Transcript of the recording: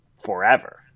forever